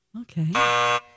Okay